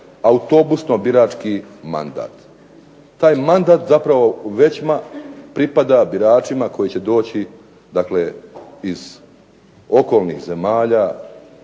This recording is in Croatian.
autobusno birački mandat. Taj mandat zapravo u većma pripada biračima koji će doći dakle iz okolnih zemalja